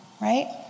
right